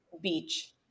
Beach